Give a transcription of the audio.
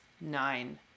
nine